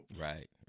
Right